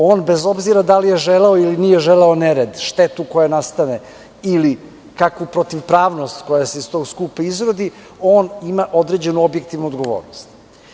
On bez obzira da li je želeo ili nije želeo nered, štetu koja nastane ili kakvu protivpravnost koja se iz tog skupa izrodi, on ima određenu objektivnu odgovornost.